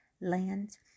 lands